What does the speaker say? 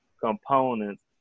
components